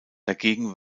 dagegen